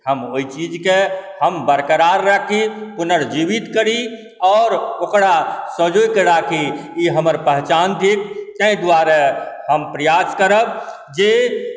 हम ओहि चीजकेँ हम बरकरार राखी पुनर्जीवित करी आओर ओकरा संजोए कऽ राखी ई हमर पहचान थिक ताहि दुआरे हम प्रयास करब जे